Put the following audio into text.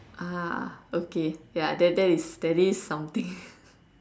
ah okay ya that that is that is something